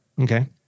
Okay